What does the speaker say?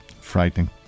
Frightening